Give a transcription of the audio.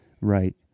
Right